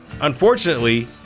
Unfortunately